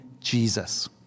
Jesus